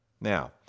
Now